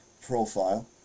profile